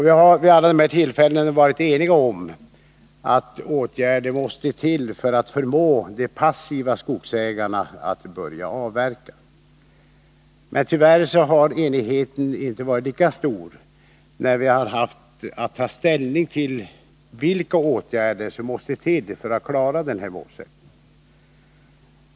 Vi har vid alla dessa tillfällen varit eniga om att åtgärder måste vidtas för att förmå de passiva skogsägarna att börja avverka. Men tyvärr har enigheten inte varit lika stor när vi haft att ta ställning till vilka åtgärder som måste till för att klara denna målsättning.